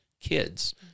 kids